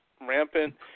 rampant